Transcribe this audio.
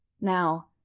Now